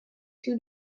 two